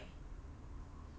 没有奶